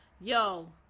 yo